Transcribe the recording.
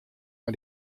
mei